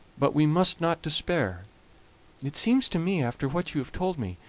but we must not despair it seems to me, after what you have told me,